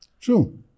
True